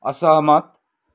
असहमत